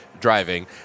Driving